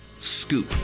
Scoop